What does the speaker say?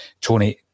Tony